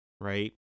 right